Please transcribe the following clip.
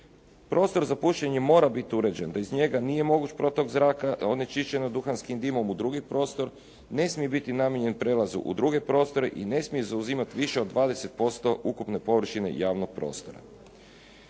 Prostor za pušenje mora biti uređen da iz njega nije moguć protok zraka onečišćen duhanskim dimom u drugi prostor, ne smije biti namijenjen prijelazu u druge prostore i ne smije zauzimati više od 20% ukupne površine javnog prostora.